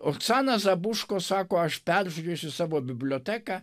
oksana zabuško sako aš peržiūrėsiu savo biblioteką